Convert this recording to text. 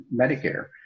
Medicare